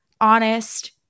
honest